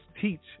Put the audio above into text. teach